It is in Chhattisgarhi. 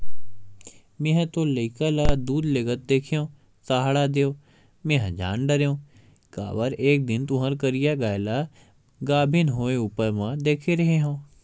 मेंहा तोर लइका ल दूद लेगत देखेव सहाड़ा देव मेंहा जान डरेव काबर एक दिन तुँहर करिया गाय ल गाभिन होय ऊपर म देखे रेहे हँव